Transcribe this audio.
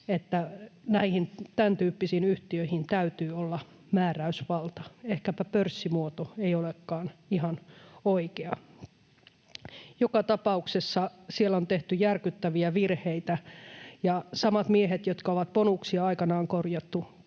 tämäntyyppisiin yhtiöihin täytyy olla määräysvalta. Ehkäpä pörssimuoto ei olekaan ihan oikea. Joka tapauksessa siellä on tehty järkyttäviä virheitä, ja kyllä samojen miesten, jotka ovat bonuksia aikanaan korjanneet,